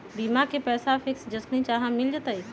बीमा के पैसा फिक्स जखनि चाहम मिल जाएत?